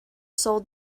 sold